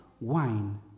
wine